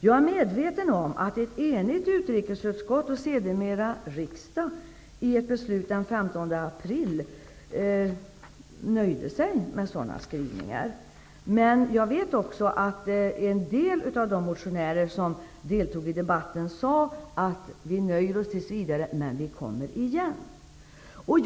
Jag är medveten om att ett enigt utrikesutskott, och sedermera riksdagen i ett beslut den 15 april, nöjde sig med sådana skrivningar. Men jag vet också att en del av de motionärer som deltog i debatten sade: Vi nöjer oss tills vidare, men vi kommer igen.